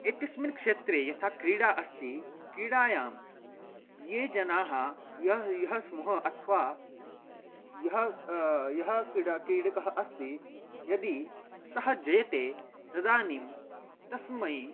एतस्मिन् क्षेत्रे यथा क्रीडा अस्ति क्रीडायां ये जनाः यः यः स्मः अथवा यः यः कीडा कीडकः अस्ति यदि सः जयते तदानीं तस्मै